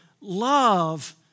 love